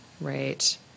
Right